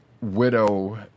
Widow